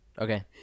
Okay